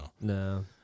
No